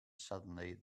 suddenly